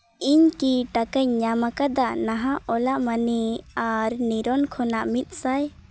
ᱤᱧ ᱠᱤ ᱴᱟᱠᱟᱧ ᱧᱟᱢ ᱟᱠᱟᱫᱟ ᱱᱟᱦᱟᱜ ᱚᱞᱟ ᱢᱟᱱᱤ ᱟᱨ ᱱᱤᱨᱚᱱ ᱠᱷᱚᱱᱟᱜ ᱢᱤᱫ ᱥᱟᱭ